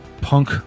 punk